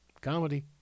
Comedy